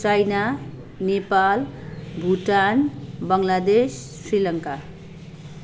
China Nepal Bhutan Bangladesh Sri Lanka